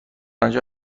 آنجا